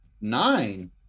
nine